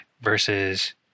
versus